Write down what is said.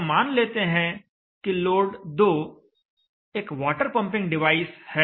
अब मान लेते हैं कि लोड 2 एक वाटर पंपिंग डिवाइस है